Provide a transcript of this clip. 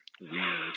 Weird